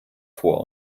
vor